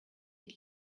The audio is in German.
die